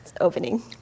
opening